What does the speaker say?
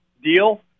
deal